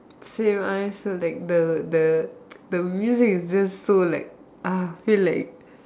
same I also like the the the music is just so like ah feel like